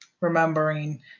remembering